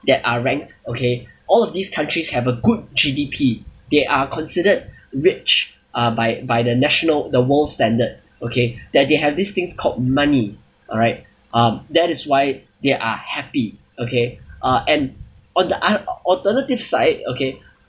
that are ranked okay all of these countries have a good G_D_P they are considered rich uh by by the national the world standard okay that they have these things called money alright um that is why they are happy okay uh and on the oth~ alternative side okay